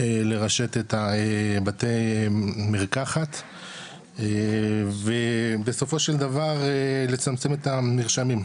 חובה לרשת את בתי מרקחת ובסופו של דבר לצמצם את המרשמים,